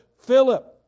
Philip